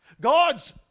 God's